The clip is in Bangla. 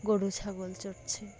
গরু ছাগল চড়ছে